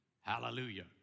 Hallelujah